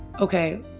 okay